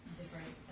different